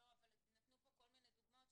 אבל נתנו פה כל מיני דוגמאות.